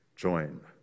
Join